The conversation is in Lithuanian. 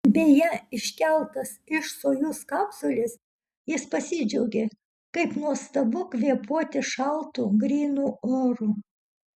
beje iškeltas iš sojuz kapsulės jis pasidžiaugė kaip nuostabu kvėpuoti šaltu grynu oru